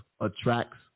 attracts